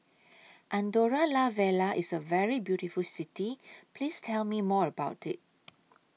Andorra La Vella IS A very beautiful City Please Tell Me More about IT